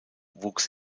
wuchs